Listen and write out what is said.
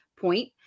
point